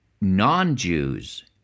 non-Jews